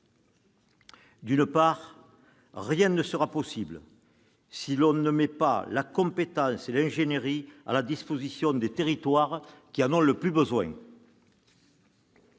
D'une part, rien ne sera possible si l'on ne met pas la compétence et l'ingénierie à la disposition des territoires qui en ont le plus besoin.